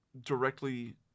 directly